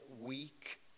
weak